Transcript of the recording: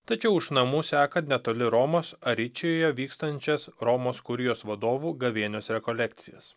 tačiau iš namų seka netoli romos aričijuje vykstančias romos kurijos vadovų gavėnios rekolekcijas